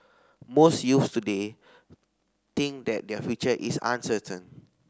most youths today think that their future is uncertain